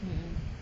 mmhmm